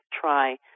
try